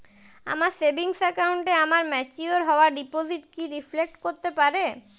আমার সেভিংস অ্যাকাউন্টে আমার ম্যাচিওর হওয়া ডিপোজিট কি রিফ্লেক্ট করতে পারে?